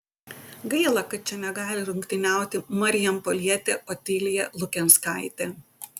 gaila kad čia negali rungtyniauti marijampolietė otilija lukenskaitė